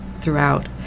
throughout